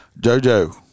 JoJo